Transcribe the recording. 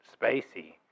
spacey